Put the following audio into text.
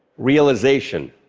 realization.